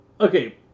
okay